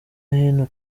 hino